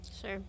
sure